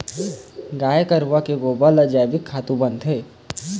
गाय गरूवा के गोबर ले जइविक खातू बनथे